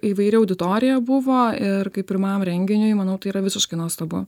įvairi auditorija buvo ir kaip pirmam renginiui manau tai yra visiškai nuostabu